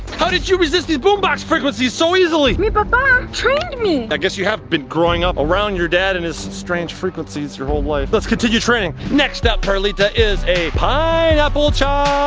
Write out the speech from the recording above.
how did you resist these boombox frequencies so easily? mi papa trained me. i guess you have been growing up around your dad and his strange frequencies your whole life. let's continue training. next up perlita, is a pineapple chop!